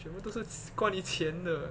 全部都是关于钱的